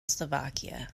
slovakia